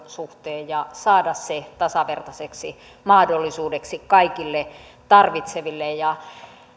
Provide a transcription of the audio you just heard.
suhteen ja saada se tasavertaiseksi mahdollisuudeksi kaikille tarvitseville